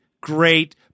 great